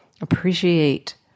Appreciate